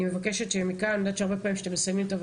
אני יודעת שהרבה פעמים כשאתם מסיימים את הדיונים